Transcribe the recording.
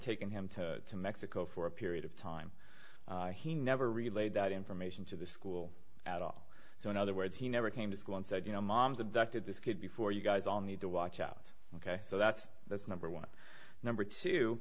taken him to mexico for a period of time he never relayed that information to the school at all so in other words he never came to school and said you know mom's abducted this kid before you guys all need to watch out ok so that's that's number one number two